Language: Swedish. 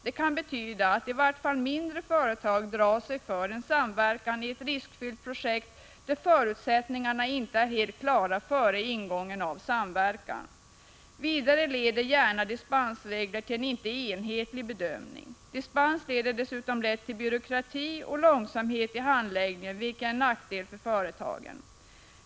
Det kan betyda att i vart fall mindre företag drar sig för en samverkan i ett riskfyllt projekt där förutsättningarna inte är helt klara före ingåendet av samverkan. Vidare leder gärna dispensregler till en inte enhetlig bedöming. Dispens leder dessutom lätt till byråkrati och långsamhet i handläggningen, vilket är en nackdel för företagen.